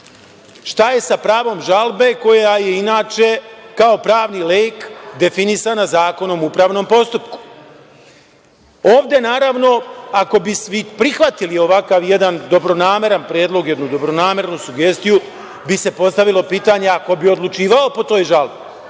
je sa pravom žalbe koja je inače kao pravni lek, definisana Zakonom o upravnom postupku? Ovde naravno, ako bi se i prihvatio ovakav jedan dobronameran predlog, dobronamerna sugestija, bi se postavilo pitanje - ko bi odlučivao po toj žalbi?